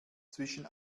zwischen